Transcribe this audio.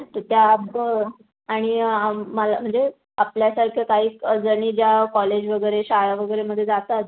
तर त्या बस आणि मला म्हणजे आपल्यासारख्या कैक जणी ज्या कॉलेज वगैरे शाळा वगैरे मध्ये जातात